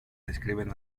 describen